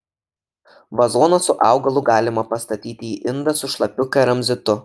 vazoną su augalu galima pastatyti į indą su šlapiu keramzitu